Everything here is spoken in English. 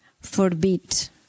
forbid